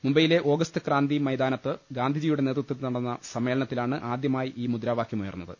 മുംബൈയിലെ ഓഗസ്ത് ക്രാന്തി മൈതാനത്ത് ഗാന്ധി ജിയുടെ നേതൃത്വത്തിൽ നടന്ന സമ്മേളനത്തിലാണ് ആദ്യമായി ഈ മുദ്രാവാക്യമുയർന്നത്